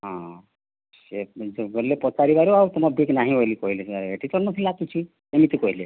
ହଁ ସେ ଗଲେ ପଚାରିବାରୁ ଆଉ ତୁମ ବେଗ୍ ନାହିଁ ବୋଲି କହିଲେ ଏଠି ତ ନଥିଲା କିଛି ଏମିତି କହିଲେ